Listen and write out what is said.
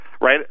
right